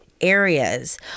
areas